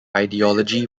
ideology